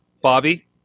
Bobby